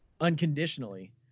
unconditionally